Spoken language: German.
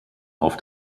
auf